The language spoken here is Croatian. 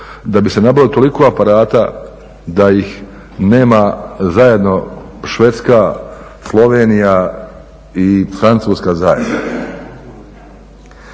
da bi se nabavilo toliko aparata da ih nema zajedno Švedska, Slovenija i Francuska zajedno.